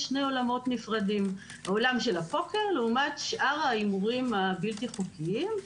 יש שני עולמות נפרדים: עולם הפוקר לעומת שאר ההימורים הבלתי חוקיים.